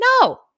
No